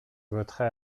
voterai